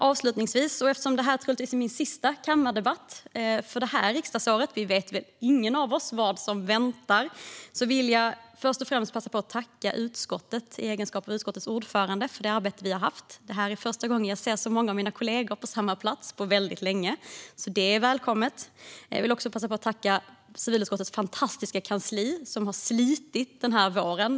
Avslutningsvis och eftersom det här troligtvis är min sista kammardebatt det här riksdagsåret - vi vet väl ingen av oss vad som väntar - vill jag passa på att tacka. Först och främst vill jag i egenskap av dess ordförande tacka civilutskottet för det samarbete vi haft. Det här är första gången jag ser så många av mina kollegor på samma plats på väldigt länge, och det är välkommet. Jag vill tacka civilutskottets fantastiska kansli, som har slitit den här våren.